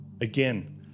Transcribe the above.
Again